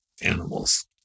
animals